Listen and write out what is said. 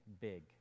big